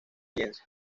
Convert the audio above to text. lienzo